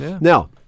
Now